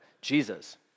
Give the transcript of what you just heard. Jesus